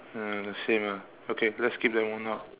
uh the same ah okay let's skip that one now